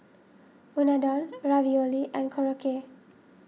Unadon Ravioli and Korokke